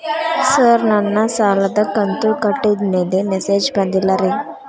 sir ನನ್ನ ಸಾಲದ ಕಂತು ಕಟ್ಟಿದಮೇಲೆ ಮೆಸೇಜ್ ಬಂದಿಲ್ಲ ರೇ